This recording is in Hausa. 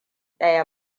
ɗaya